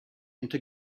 into